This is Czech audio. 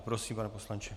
Prosím, pane poslanče.